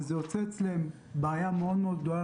וזה יוצר אצלם בעיה נפשית מאוד מאוד גדולה,